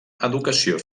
educació